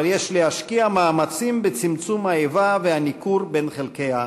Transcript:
אבל יש להשקיע מאמצים בצמצום האיבה והניכור בין חלקי העם.